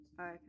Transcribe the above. Okay